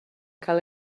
cael